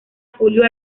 julio